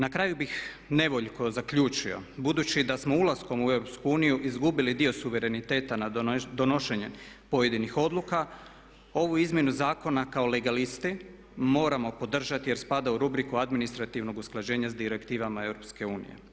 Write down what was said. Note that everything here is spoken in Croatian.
Na kraju bih nevoljko zaključio budući da smo ulaskom u EU izgubili dio suvereniteta na donošenje pojedinih odluka, ovu izmjena zakona kao legalisti moramo podražiti jer spada u rubriku administrativnog usklađenja s direktivnima EU.